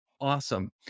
awesome